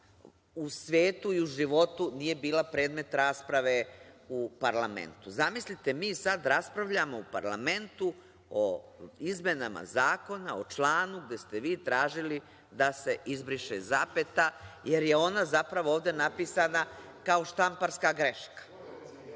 u svetu i u životu nije bila predmet rasprave u parlamentu. Zamislite mi sada raspravljamo u parlamentu izmenama zakona, o članu de ste tražili da se izbriše zapeta, jer je ona zapravo ovde napisana kao štamparska greška.